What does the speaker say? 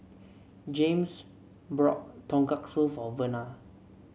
Jaymes brought Tonkatsu for Verna